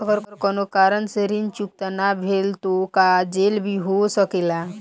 अगर कौनो कारण से ऋण चुकता न भेल तो का जेल भी हो सकेला?